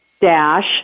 dash